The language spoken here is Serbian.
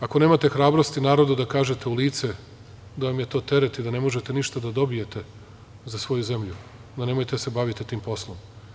Ako nemate hrabrosti da narodu kažete to u lice, da vam je to teret i da ne možete ništa da dobijete, za svoju zemlju, onda nemojte da se bavite tim poslom.